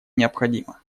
необходима